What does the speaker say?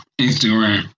Instagram